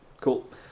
Cool